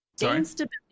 Instability